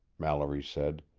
mallory said.